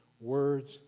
words